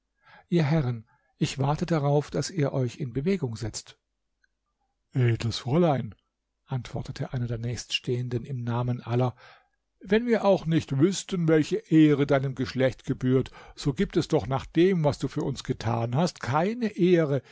ihr herren ich warte darauf daß ihr euch in bewegung setzt edles fräulein antwortete einer der nächststehenden im namen aller wenn wir auch nicht wüßten welche ehre deinem geschlecht gebührt so gibt es doch nach dem was du für uns getan hast keine ehre